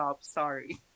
Sorry